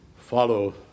follow